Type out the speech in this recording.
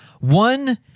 One